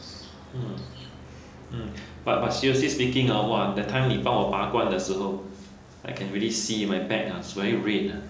hmm mm but but seriously speaking hor !wah! that time 你帮我拔罐的时候 I can really see my back ah was very red uh